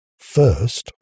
first